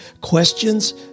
questions